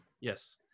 Yes